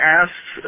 asked